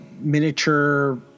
miniature